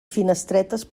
finestretes